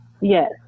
Yes